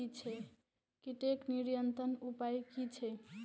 कीटके नियंत्रण उपाय कि छै?